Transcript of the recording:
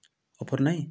offer ନାହିଁ